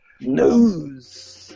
News